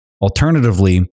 Alternatively